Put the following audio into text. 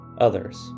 others